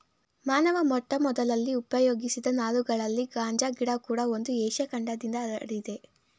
ಮಾನವ ಮೊಟ್ಟಮೊದಲಲ್ಲಿ ಉಪಯೋಗಿಸಿದ ನಾರುಗಳಲ್ಲಿ ಗಾಂಜಾ ಗಿಡ ಕೂಡ ಒಂದು ಏಷ್ಯ ಖಂಡದಿಂದ ಹರಡಿದೆ